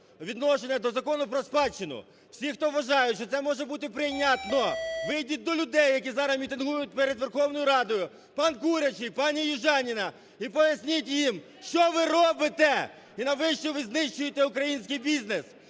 відношення до Закону про спадщину. Всі, хто вважають, що це може бути прийнятно, вийдіть до людей, які зараз мітингують перед Верховною Радою. Пан Курячий, пані Южаніна, і поясніть їм, що ви робите і навіщо ви знищуєте український бізнес.